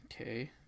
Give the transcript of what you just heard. Okay